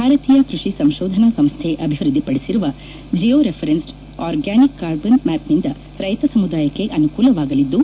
ಭಾರತೀಯ ಕೃಷಿ ಸಂಶೋಧನಾ ಸಂಶ್ಥೆ ಐಸಿಎಆರ್ ಅಭಿವೃದ್ಧಿಪಡಿಸಿರುವ ಜಿಯೋ ರೆಫರೆನ್ಸ್ಡ ಆರ್ಗೆನಿಕ್ ಕಾರ್ಬನ್ ಮ್ಯಾಪ್ನಿಂದ ರೈತ ಸಮುದಾಯಕ್ಕೆ ಅನುಕೂಲವಾಗಲಿದ್ದು